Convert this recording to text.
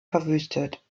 verwüstet